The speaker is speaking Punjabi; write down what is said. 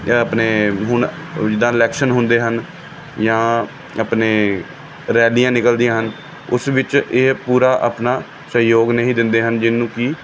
ਆਪਣੇ ਹੁਣ ਜਿੱਦਾਂ ਇਲੈਕਸ਼ਨ ਹੁੰਦੇ ਹਨ ਜਾਂ ਆਪਣੇ ਰੈਲੀਆਂ ਨਿਕਲਦੀਆਂ ਹਨ ਉਸ ਵਿੱਚ ਇਹ ਪੂਰਾ ਆਪਣਾ ਸਹਿਯੋਗ ਨਹੀਂ ਦਿੰਦੇ ਹਨ ਜਿਹਨੂੰ ਕਿ